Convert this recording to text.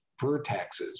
vertexes